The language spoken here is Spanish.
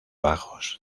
bajos